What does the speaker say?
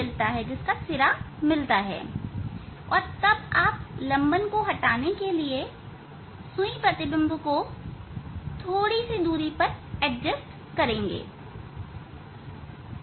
और तब आपको लंबन त्रुटि को हटाने के लिए सुई प्रतिबिंब की दूरी को थोड़ा सा एडजस्ट करना होगा